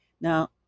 Now